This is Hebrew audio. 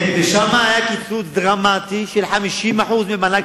ושם היה קיצוץ דרמטי של 50% ממענק